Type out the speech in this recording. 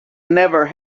never